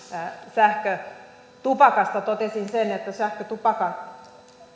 sähkötupakasta totesin sen että sähkötupakan